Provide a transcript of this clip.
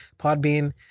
Podbean